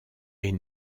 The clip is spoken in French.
est